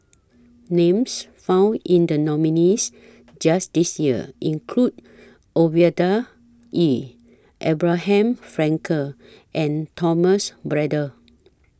Names found in The nominees' list This Year include Ovidia Yu Abraham Frankel and Thomas Braddell